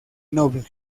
noble